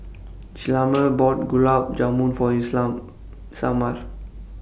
Hjalmer bought Gulab Jamun For Isamar